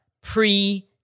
pre